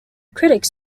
critics